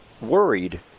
worried